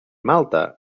malta